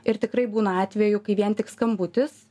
ir tikrai būna atvejų kai vien tik skambutis